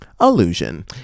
illusion